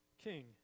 king